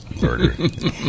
Burger